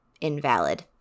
invalid